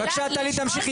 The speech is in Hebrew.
בבקשה, טלי, תמשיכי.